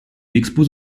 expose